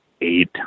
eight